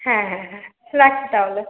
হ্যাঁ হ্যাঁ হ্যাঁ রাখছি তাহলে